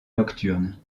nocturne